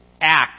act